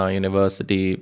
university